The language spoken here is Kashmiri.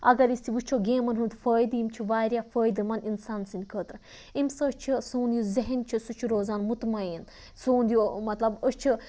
اگر أسۍ وٕچھو گیمَن ہُنٛد فٲیدٕ یم چھِ واریاہ فٲیدٕ منٛد اِنسان سٕںٛدِ خٲطرٕ اَمہِ سۭتۍ چھُ سون یُس ذہن چھِ سُہ چھِ روزان مطمعین سون یہِ مطلب أسۍ چھِ